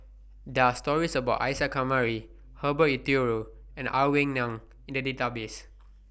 There Are stories about Isa Kamari Herbert Eleuterio and Ang Wei Neng in The Database